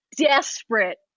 desperate